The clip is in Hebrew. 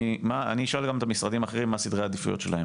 אני אשאל גם את המשרדים האחרים מה סדרי העדיפויות שלהם.